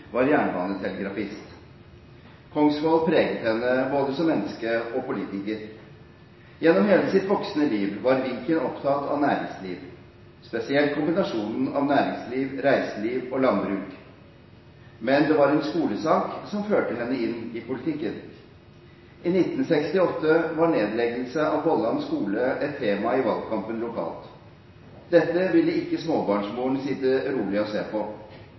var jernbanetelegrafist. Kongsvoll preget henne, både som menneske og politiker. Gjennom hele sitt voksne liv var Viken opptatt av næringsliv, spesielt kombinasjonen av næringsliv, reiseliv og landbruk. Men det var en skolesak som førte henne inn i politikken. I 1968 var nedleggelse av Vollan skole et tema i valgkampen lokalt. Dette ville ikke småbarnsmoren sitte rolig og se på.